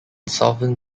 southern